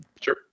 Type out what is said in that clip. Sure